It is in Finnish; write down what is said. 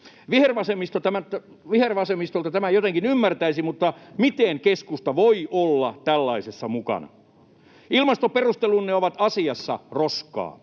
Vihervasemmistolta tämän jotenkin ymmärtäisi, mutta miten keskusta voi olla tällaisessa mukana? Ilmastoperustelunne asiassa ovat roskaa.